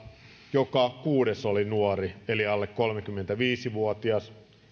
joka kuudes oli nuori eli alle kolmekymmentäviisi vuotias